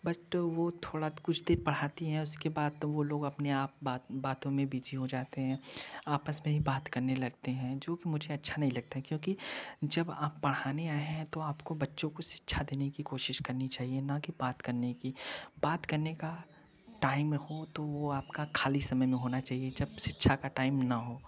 but वो थोड़ा कुछ देर पढ़ाती है उसके बाद तो वो लोग अपने आप बात बातों में बिजी हो जाते हैं आपस में ही बात करने लगते हैं जो मुझे अच्छा नहीं लगता क्योंकि जब आप पढ़ाने आए हैं तो आपको बच्चों को शिक्षा देने की कोशिश करनी चाहिए ना कि बात करने कि बात करने का टाइम हो तो वो आपका खाली समय में होना चाहिए जब शिक्षा का टाइम ना हो